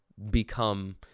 become